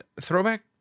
Throwback